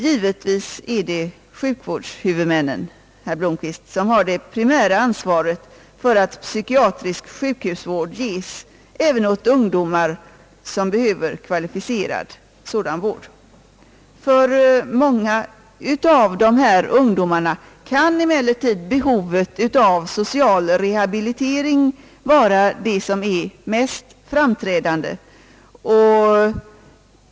Givetvis är det, herr Blomquist, sjukvårdshuvudmännen som har det primära ansvaret för att psykiatrisk sjukhusvård ges även åt ungdomar som behöver kvalificerad sådan vård. För många av dessa ungdomar kan emellertid behovet av social rehabilitering vara det som är mest framträdande.